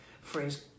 phrase